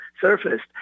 surfaced